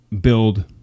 build